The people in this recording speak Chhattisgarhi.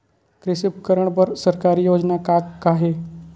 कृषि उपकरण बर सरकारी योजना का का हे?